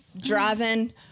Driving